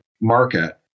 market